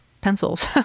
pencils